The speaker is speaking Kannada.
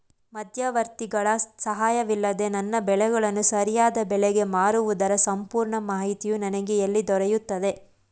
ಮಧ್ಯವರ್ತಿಗಳ ಸಹಾಯವಿಲ್ಲದೆ ನನ್ನ ಬೆಳೆಗಳನ್ನು ಸರಿಯಾದ ಬೆಲೆಗೆ ಮಾರುವುದರ ಸಂಪೂರ್ಣ ಮಾಹಿತಿಯು ನನಗೆ ಎಲ್ಲಿ ದೊರೆಯುತ್ತದೆ?